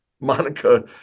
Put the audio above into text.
Monica